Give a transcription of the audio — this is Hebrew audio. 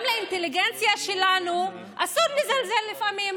גם באינטליגנציה שלנו אסור לזלזל לפעמים,